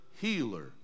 healer